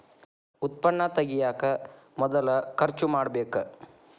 ಉತ್ಪನ್ನಾ ತಗಿಯಾಕ ಮೊದಲ ಖರ್ಚು ಮಾಡಬೇಕ